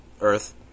Earth